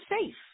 safe